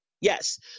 Yes